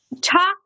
talk